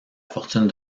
fortune